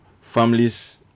families